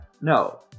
no